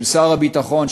של שר הביטחון,